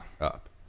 Up